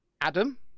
Adam